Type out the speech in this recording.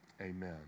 amen